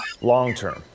long-term